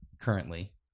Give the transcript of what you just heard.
currently